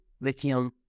lithium